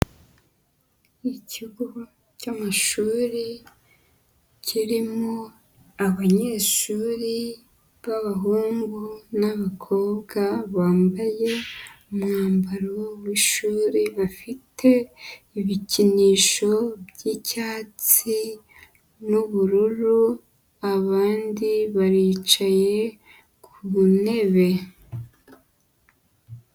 Ikigo cy'amashuri, kirimo abanyeshuri b'abahungu n'abakobwa bambaye umwambaro w'ishuri, bafite ibikinisho by'icyatsi n'ubururu, abandi baricaye ku ntebe.